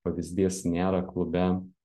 pavyzdys nėra klube